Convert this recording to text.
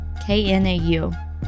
KNAU